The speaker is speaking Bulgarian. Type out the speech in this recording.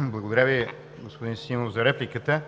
Благодаря Ви, господин Симов, за репликата.